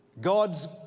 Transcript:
God's